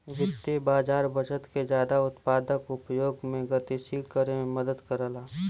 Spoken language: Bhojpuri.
वित्तीय बाज़ार बचत के जादा उत्पादक उपयोग में गतिशील करे में मदद करला